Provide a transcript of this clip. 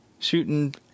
Shooting